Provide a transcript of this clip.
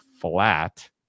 flat